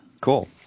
cool